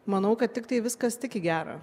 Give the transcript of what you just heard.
manau kad tiktai viskas tik į gera